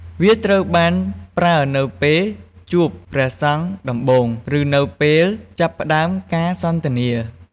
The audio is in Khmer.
វាត្រូវបានប្រើនៅពេលជួបព្រះសង្ឃដំបូង ឬនៅពេលចាប់ផ្តើមការសន្ទនា។